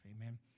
Amen